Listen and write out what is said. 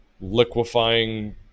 liquefying